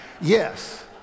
Yes